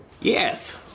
Yes